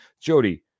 jody